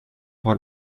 pour